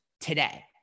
today